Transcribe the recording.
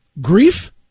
Grief